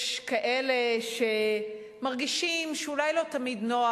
יש כאלה שמרגישים שאולי לא תמיד נוח,